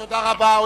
תודה רבה.